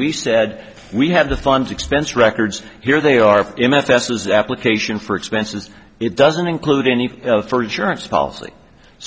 we said we have the funds expense records here they are m f s his application for expenses it doesn't include any for insurance policy